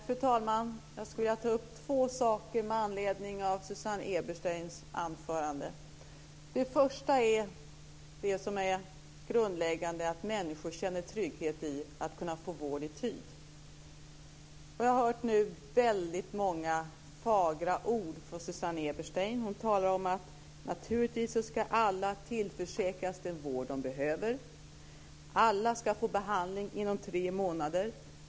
Fru talman! Jag skulle vilja ta upp två saker med anledning av Susanne Ebersteins anförande. Den första är det som är grundläggande; att människor känner trygghet i att kunna få vård i tid. Vi har nu hört väldigt många fagra ord från Susanne Eberstein. Hon talar om att alla naturligtvis ska tillförsäkras den vård de behöver. Alla ska få behandling inom tre månader.